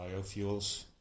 biofuels